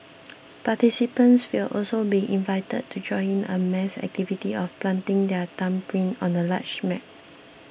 participants will also be invited to join in a mass activity of planting their thumbprint on a large map